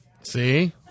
See